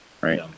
Right